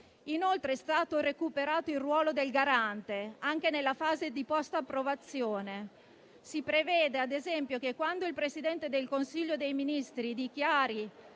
Inoltre, è stato recuperato il ruolo del Garante anche nella fase di *post* approvazione: si prevede - ad esempio - che, quando il Presidente del Consiglio dei ministri dichiari